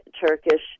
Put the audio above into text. turkish